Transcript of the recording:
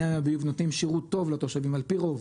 מים וביוב נותנים שירות טוב לתושבים על-פי רוב,